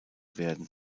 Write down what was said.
werden